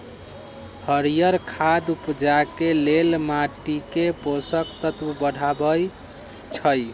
हरियर खाद उपजाके लेल माटीके पोषक तत्व बढ़बइ छइ